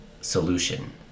solution